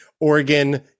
Oregon